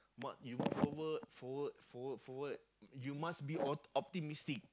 but you forward forward forward forward you must be ot~ optimistic